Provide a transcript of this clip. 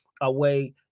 away